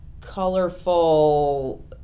colorful